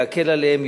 להקל עליהם,